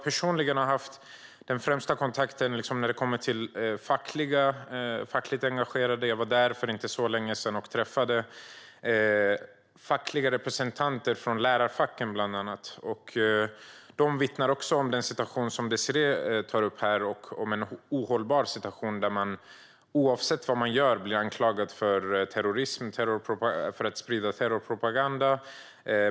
Personligen har jag haft den främsta kontakten med fackligt engagerade. Jag var där för inte så länge sedan och träffade då bland annat representanter från lärarfacken. Också de vittnar om den situation som Désirée tar upp om en ohållbar situation där man oavsett vad man gör blir anklagad för terrorism och för att sprida terrorpropaganda.